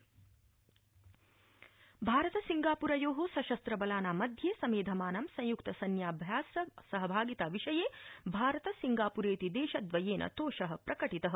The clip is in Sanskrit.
राजनाथ सिंगापुरम् भारत सिंगाप्रयोः सशस्त्र बलानां मध्ये समेधमानं संयुक्त सैन्याभ्यास सहभागिता विषये भारत सिंगाप्रेति देशद्रयेन तोषः प्रकटितः